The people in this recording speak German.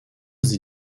sie